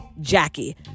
jackie